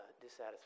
dissatisfied